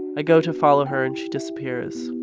i go to follow her and she disappears.